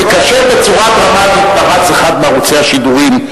כאשר בצורה דרמטית פרץ אחד מערוצי השידורים,